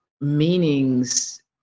meanings